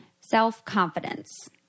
self-confidence